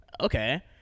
okay